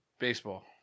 Baseball